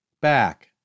back